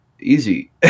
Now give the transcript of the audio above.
easy